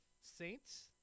Saints